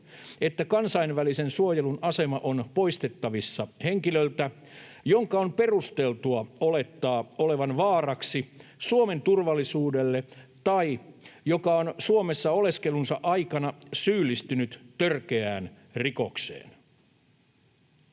että kansainvälisen suojelun asema on poistettavissa henkilöltä, jonka on perusteltua olettaa olevan vaaraksi Suomen turvallisuudelle tai joka on Suomessa oleskelunsa aikana syyllistynyt törkeään rikokseen.”